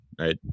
right